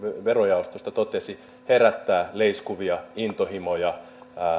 verojaostosta totesi herättää leiskuvia intohimoja